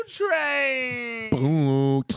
train